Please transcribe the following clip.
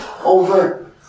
Over